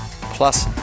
Plus